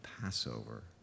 Passover